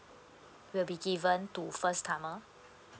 will be given to first timer